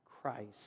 Christ